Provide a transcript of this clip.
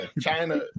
China